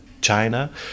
China